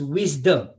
wisdom